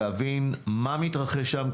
להבין מה מתרחש שם,